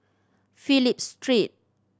Phillip Street